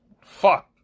Fuck